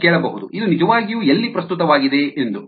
ನೀವು ಕೇಳಬಹುದು ಇದು ನಿಜವಾಗಿಯೂ ಎಲ್ಲಿ ಪ್ರಸ್ತುತವಾಗಿದೆ ಎಂದು